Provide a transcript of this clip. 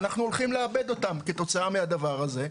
ואנחנו הולכים לאבד אותם כתוצאה מהדבר הזה.